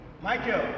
Michael